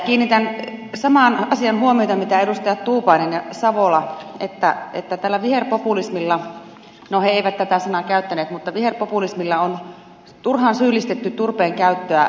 kiinnitän samaan asiaan huomiota kuin edustajat tuupainen ja savola että tällä viherpopulismilla no he eivät tätä sanaa käyttäneet on turhaan syyllistetty turpeen käyttöä